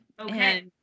Okay